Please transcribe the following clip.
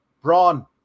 braun